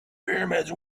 pyramids